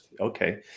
Okay